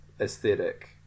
aesthetic